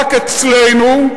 רק אצלנו,